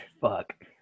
Fuck